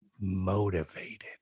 motivated